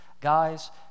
Guys